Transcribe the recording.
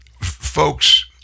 Folks